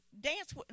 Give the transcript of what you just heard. dance